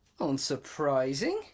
Unsurprising